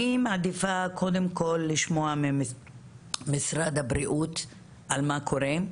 אני מעדיפה קודם כל לשמוע ממשרד הבריאות על מה קורה,